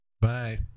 Bye